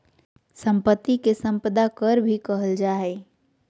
संपत्ति कर के सम्पदा कर भी कहल जा हइ